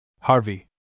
Harvey